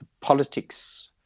politics